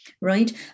right